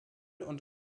und